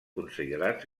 considerats